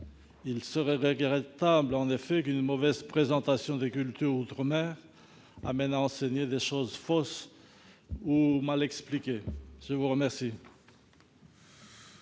Il serait regrettable, en effet, qu'une mauvaise présentation des cultures d'outre-mer amène à enseigner des choses fausses ou mal expliquées. La parole